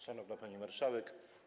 Szanowna Pani Marszałek!